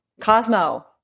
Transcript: Cosmo